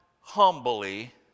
humbly